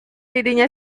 dirinya